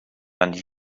and